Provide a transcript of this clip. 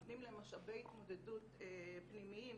נותנים להם משאבי התמודדות פנימיים,